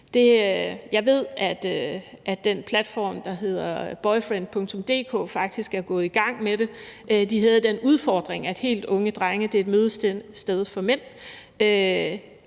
Jeg ved, at den platform, der hedder boyfriend.dk, faktisk er gået i gang med det. De havde den udfordring, at helt unge drenge – det er et mødested for mænd